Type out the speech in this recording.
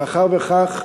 מאחר שכך,